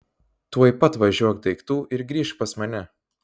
tuoj pat važiuok daiktų ir grįžk pas mane